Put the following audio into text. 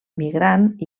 migrant